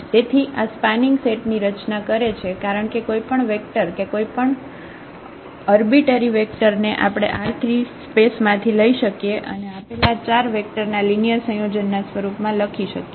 તેથી આ spanning set ની રચના કરે છે કારણ કે કોઈપણ વેક્ટર કે કોઈપણ અર્બિટરી વેક્ટર ને આપણે R3 સ્પેસ માંથી લઇ શકીએ અને આપેલા આ 4 વેક્ટર ના લિનિયર સંયોજનના સ્વરૂપમાં લખી શકીએ